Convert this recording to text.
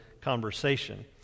conversation